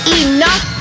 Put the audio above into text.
enough